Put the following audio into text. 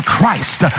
Christ